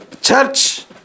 church